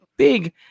big